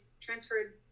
transferred